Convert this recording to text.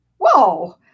whoa